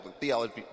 theology